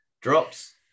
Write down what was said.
drops